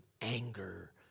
anger